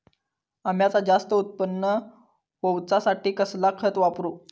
अम्याचा जास्त उत्पन्न होवचासाठी कसला खत वापरू?